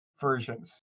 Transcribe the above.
versions